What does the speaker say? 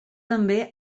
també